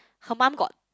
her mum got